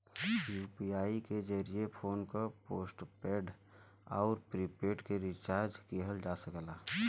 UPI के जरिये phone क पोस्टपेड आउर प्रीपेड के रिचार्ज किहल जा सकला